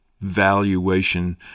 valuation